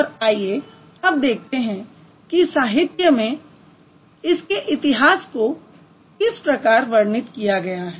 और आइए अब देखते हैं कि साहित्य में इतिहास को किस प्रकार वर्णित किया गया है